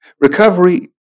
recovery